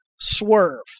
swerve